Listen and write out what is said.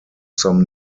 some